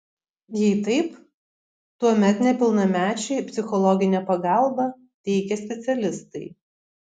jei taip tuomet nepilnamečiui psichologinę pagalbą teikia specialistai